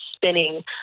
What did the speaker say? spinning